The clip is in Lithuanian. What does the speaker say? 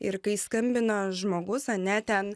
ir kai skambina žmogus ane ten